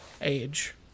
age